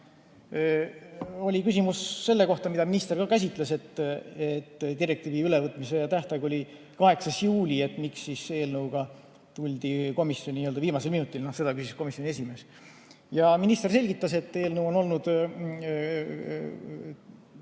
Oli küsimus selle kohta, mida minister ka käsitles: direktiivi ülevõtmise tähtaeg oli 8. juuli, miks siis eelnõuga tuldi komisjoni viimasel minutil. Seda küsis komisjoni esimees. Minister selgitas, et eelnõu on läbinud